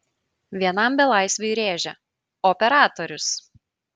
vienam belaisviui rėžia operatorius